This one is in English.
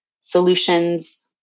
solutions